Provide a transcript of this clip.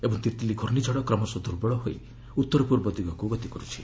ଏବଂ ତିତ୍ଲି ଘ୍ରର୍ଷିଝଡ଼ କ୍ରମଶଃ ଦୁର୍ବଳ ହୋଇ ଉତ୍ତର ପୂର୍ବ ଦିଗକୁ ଗତି କରୁଛି